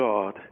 God